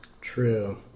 True